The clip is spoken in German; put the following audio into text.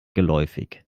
geläufig